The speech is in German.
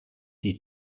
die